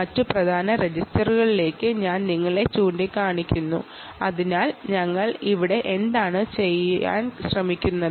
മറ്റ് പ്രധാന രജിസ്റ്ററുകളെക്കുറിച്ച് ഡാറ്റാഷീറ്റിൽ നമുക്ക് നോക്കാം